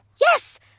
Yes